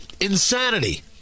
insanity